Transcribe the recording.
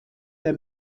der